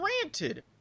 granted